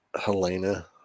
Helena